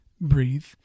breathe